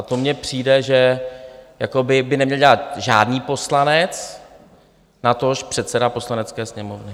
To mně přijde, že by neměl dělat žádný poslanec, natož předseda Poslanecké sněmovny.